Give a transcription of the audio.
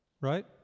Right